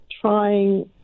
trying